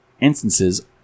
instances